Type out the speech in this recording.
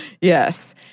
Yes